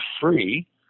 free